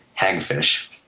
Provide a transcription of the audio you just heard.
hagfish